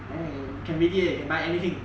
can ready can buy anything